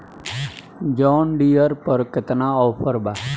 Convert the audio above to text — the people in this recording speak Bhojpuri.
जॉन डियर पर केतना ऑफर बा?